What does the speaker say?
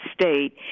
state